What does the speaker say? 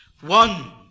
one